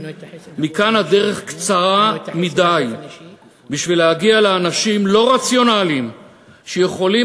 מכאן הדרך קצרה מדי בשביל להגיע לאנשים לא רציונליים שיכולים